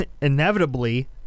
Inevitably